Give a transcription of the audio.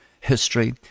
history